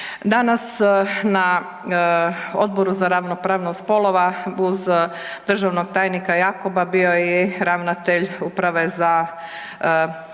Danas na Odboru za ravnopravnost spolova uz državnog tajnika Jakoba bio je i ravnatelj uprave za